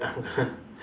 I'm gonna